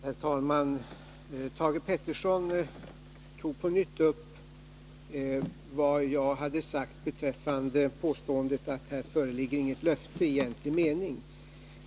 Herr talman! Thage Peterson tog på nytt upp mitt påstående att här föreligger inget löfte i egentlig mening.